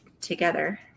together